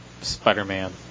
Spider-Man